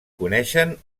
coneixen